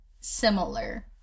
similar